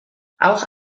auch